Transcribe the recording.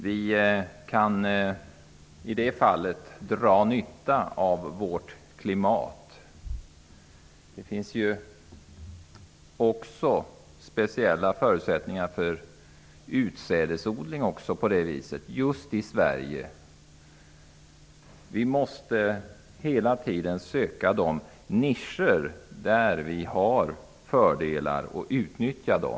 Vi kan dra nytta av vårt klimat. Det finns också speciella förutsättningar för utsädesodling just i Sverige. Vi måste hela tiden söka de nischer där vi har fördelar och utnyttja dessa.